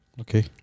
Okay